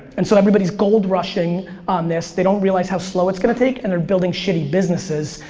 and so everybody's gold rushing on this. they don't realize how slow it's going to take and they're building shitty businesses.